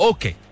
Okay